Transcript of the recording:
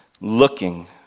looking